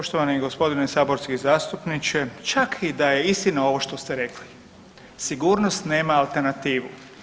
Poštovani gospodine saborski zastupniče čak i da je istina ovo što ste rekli, sigurnost nema alternativu.